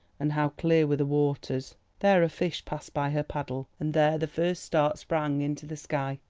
and how clear were the waters there a fish passed by her paddle and there the first start sprang into the sky!